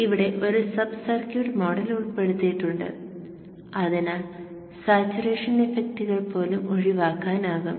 ഇവിടെ ഒരു sub circuit model ഉൾപ്പെടുത്തിയിട്ടുണ്ട് അതിനാൽ സാച്ചുറേഷൻ ഇഫക്റ്റുകൾ പോലും ഒഴിവാക്കാനാകും